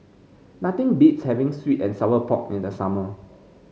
nothing beats having sweet and Sour Pork in the summer